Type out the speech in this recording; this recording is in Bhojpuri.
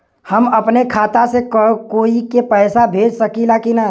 हम अपने खाता से कोई के पैसा भेज सकी ला की ना?